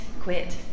quit